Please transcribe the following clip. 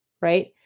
right